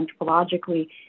anthropologically